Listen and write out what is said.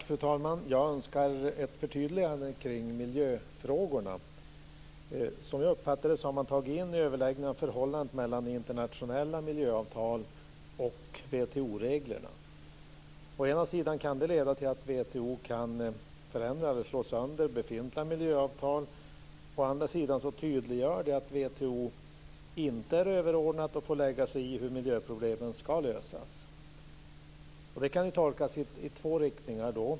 Fru talman! Jag önskar ett förtydligande kring miljöfrågorna. Som jag uppfattar det har man tagit in överläggningar om förhållandet mellan internationella miljöavtal och WTO-reglerna. Å ena sidan kan det leda till att WTO kan förändra eller slå sönder befintliga miljöavtal; å andra sidan tydliggör det att WTO inte är överordnat och får lägga sig i hur miljöproblemen ska lösas. Det kan ju tolkas i två riktningar.